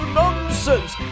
nonsense